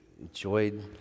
enjoyed